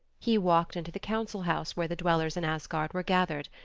he walked into the council house where the dwellers in asgard were gathered.